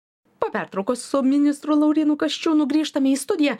po pertraukos su ministru laurynu kasčiūnu grįžtame į studiją